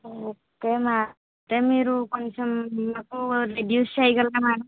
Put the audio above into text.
okay madam అంటే మీరు కొంచెం మాకు రెడ్యూస్ చేయగలరా మేడం